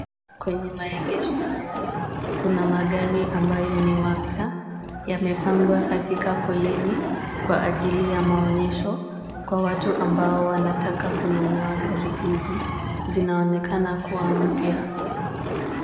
Kwenye maegesho haya kuna magari ambayo ni mapya yamepangwa katika foleni kwa ajili ya maonyesho kwa watu ambao wanataka kununua gari hizi , zinaonekana kuwa mpya.